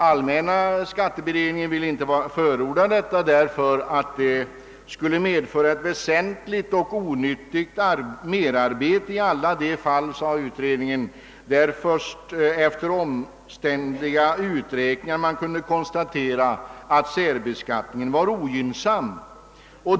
Allmänna skatteberedningen ville inte förorda detta, därför att det skulle medföra ett väsentligt och onyttigt merarbete i alla de fall där först efter omständliga uträkningar kunde konstateras att särbeskattningen var ogynnsam.